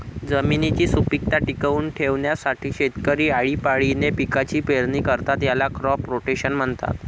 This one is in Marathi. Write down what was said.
जमिनीची सुपीकता टिकवून ठेवण्यासाठी शेतकरी आळीपाळीने पिकांची पेरणी करतात, याला क्रॉप रोटेशन म्हणतात